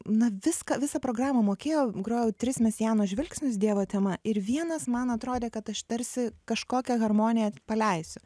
na viską visą programą mokėjau grojau tris mesiano žvilgsnius dievo tema ir vienas man atrodė kad aš tarsi kažkokią harmoniją paleisiu